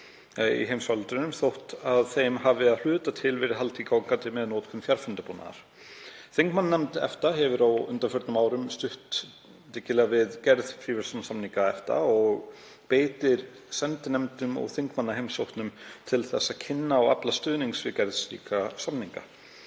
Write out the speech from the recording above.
í heimsfaraldrinum þótt þeim hafi að hluta verið haldið gangandi með notkun fjarfundabúnaðar. Þingmannanefnd EFTA hefur á undanförnum árum stutt dyggilega við gerð fríverslunarsamninga EFTA og beitir sendinefndum og þingmannaheimsóknum til þess að kynna og afla stuðnings við gerð slíkra samninga.